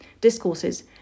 discourses